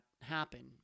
happen